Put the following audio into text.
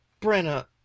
Brenna